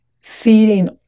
feeding